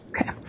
Okay